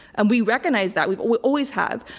and we recognize that. we we always have.